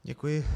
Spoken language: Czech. Děkuji.